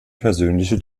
persönliche